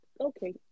okay